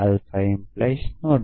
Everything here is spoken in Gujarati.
આલ્ફા 🡪